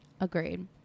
Agreed